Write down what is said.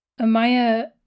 Amaya